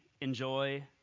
enjoy